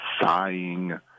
sighing